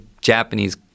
Japanese